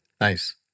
Nice